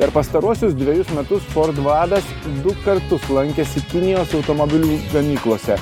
per pastaruosius dvejus metus ford vadas du kartus lankėsi kinijos automobilių gamyklose